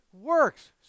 works